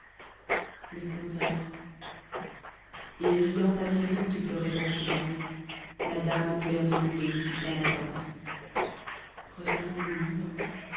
le conteur et riant à myrdhinn qui pleurait en silence la dame au clair de lune exécuta la danse